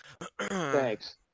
Thanks